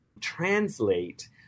translate